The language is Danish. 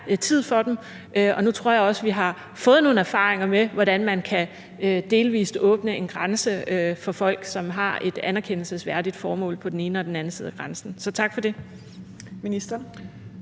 tid for dem. Og nu tror jeg også, at vi har fået nogle erfaringer med, hvordan man kan delvis åbne en grænse for folk, som har et anerkendelsesværdigt formål på den ene og den anden side af grænsen. Så tak for det.